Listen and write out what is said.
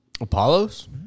Apollos